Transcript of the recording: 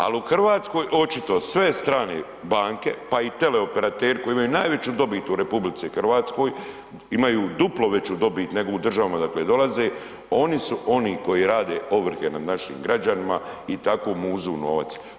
Al u RH očito sve strane banke, pa i teleoperateri koji imaju najveću dobit u RH, imaju duplo veću dobit nego u državama odakle dolaze, oni su oni koji rade ovrhe nad našim građanima i tako muzu novac.